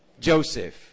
Joseph